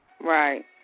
Right